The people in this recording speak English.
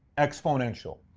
exponential.